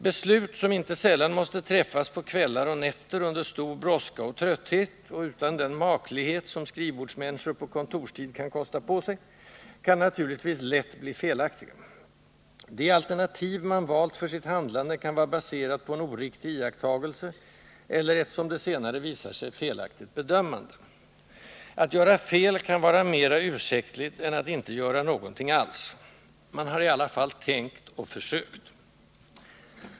Beslut som inte sällan måste träffas på kvällar och nätter under stor brådska och trötthet och utan den maklighet som skrivbordsmänniskor på kontorstid kan kosta på sig, kan naturligtvis lätt bli felaktiga. Det alternativ man valt för sitt handlande kan vara baserat på en oriktig iakttagelse eller ett — som det senare visar sig — felaktigt bedömande. Att göra fel kan vara mer ursäktligt än att inte göra någonting alls. Man har i alla fall tänkt och försökt.